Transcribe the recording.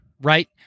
right